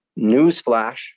newsflash